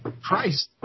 Christ